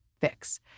fix